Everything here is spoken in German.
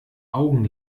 augen